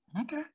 Okay